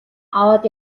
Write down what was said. аваад